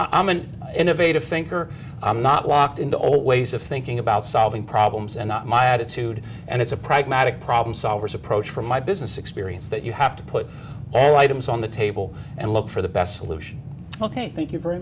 and i'm an innovative thinker i'm not walked into old ways of thinking about solving problems and not my attitude and it's a pragmatic problem solvers approach from my business experience that you have to put all items on the table and look for the best solution ok thank you very